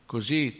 Così